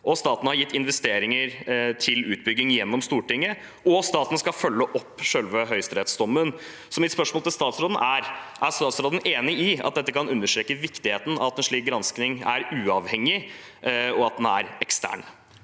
staten har gitt investeringer til utbygging gjennom Stortinget, og staten skal følge opp selve høyesterettsdommen. Mitt spørsmål til statsråden er: Er statsråden enig i at dette kan understreke viktigheten av at en slik gransking er uavhengig, og at den er ekstern?